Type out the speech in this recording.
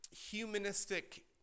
humanistic